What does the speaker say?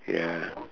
ya